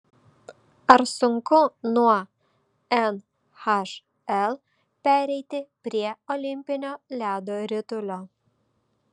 ar sunku nuo nhl pereiti prie olimpinio ledo ritulio